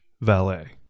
valet